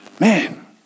man